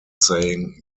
saying